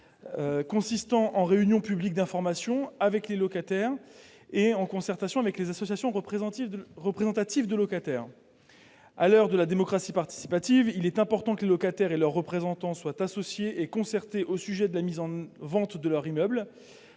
spécifique : réunions publiques d'information avec les locataires et concertations avec les associations représentatives des locataires. À l'heure de la démocratie participative, il est important que les locataires et leurs représentants soient associés, par une concertation, à la mise en vente de leur immeuble,